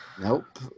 Nope